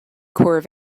corp